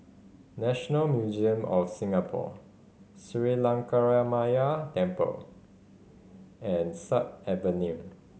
National Museum of Singapore Sri Lankaramaya Temple and Sut Avenue